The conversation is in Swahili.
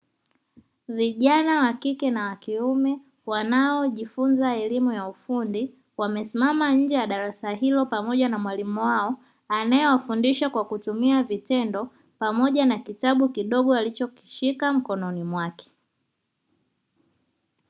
Vijana wa kike na wakiume wanaojifunza elimu ya ufundi wamesimama nje ya darasa hilo pamoja na mwalimu wao anayewafundisha kwa kutumia vitendo pamoja na kitabu kidogo alichokishika mkononi mwake.